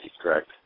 Correct